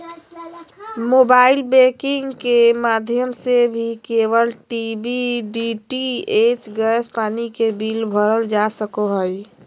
mobile banking के माध्यम से भी केबल टी.वी, डी.टी.एच, गैस, पानी के बिल भरल जा सको हय